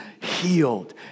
healed